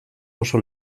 oso